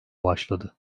başladı